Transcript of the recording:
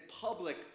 public